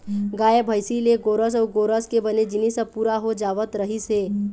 गाय, भइसी ले गोरस अउ गोरस के बने जिनिस ह पूरा हो जावत रहिस हे